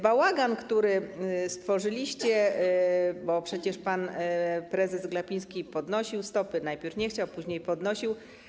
Bałagan, który stworzyliście, bo przecież pan prezes Glapiński podnosił stopy, najpierw nie chciał, później podnosił.